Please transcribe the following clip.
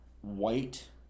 white